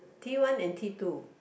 T one and T two